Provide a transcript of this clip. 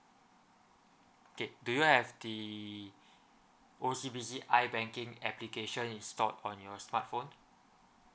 okay do you have the O_C_B_C ibanking application installed on your smartphone